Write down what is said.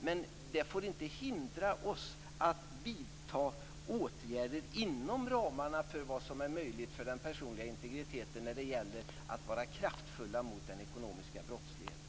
Men det får inte hindra oss att vidta åtgärder inom ramarna för vad som är möjligt för den personliga integriteten när det gäller att vara kraftfulla mot den ekonomiska brottsligheten.